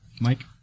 Mike